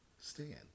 stand